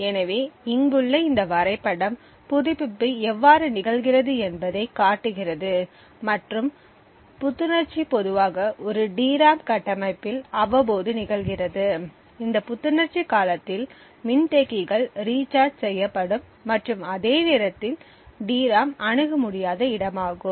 எனவே இங்குள்ள இந்த வரைபடம் புதுப்பிப்பு எவ்வாறு நிகழ்கிறது என்பதைக் காட்டுகிறது மற்றும் புத்துணர்ச்சி பொதுவாக ஒரு டிராம் கட்டமைப்பில் அவ்வப்போது நிகழ்கிறது இந்த புத்துணர்ச்சி காலத்தில் மின்தேக்கிகள் ரீசார்ஜ் செய்யப்படும் மற்றும் அதே நேரத்தில் டிராம் அணுக முடியாத இடமாகும்